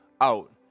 out